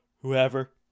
whoever